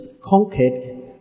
conquered